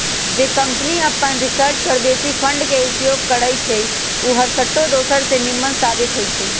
जे कंपनी अप्पन रिसर्च पर बेशी फंड के उपयोग करइ छइ उ हरसठ्ठो दोसर से निम्मन साबित होइ छइ